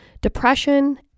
depression